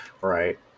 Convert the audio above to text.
right